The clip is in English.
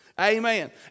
Amen